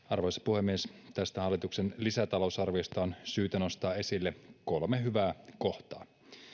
arvoisa puhemies tästä hallituksen lisätalousarviosta on syytä nostaa esille kolme hyvää kohtaa